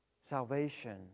salvation